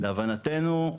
להבנתנו,